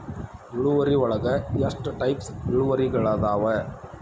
ಇಳುವರಿಯೊಳಗ ಎಷ್ಟ ಟೈಪ್ಸ್ ಇಳುವರಿಗಳಾದವ